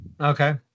Okay